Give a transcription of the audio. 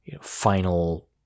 final